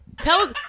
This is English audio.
Tell